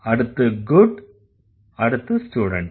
அடுத்து good அடுத்து student